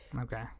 Okay